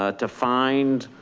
ah to find,